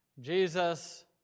Jesus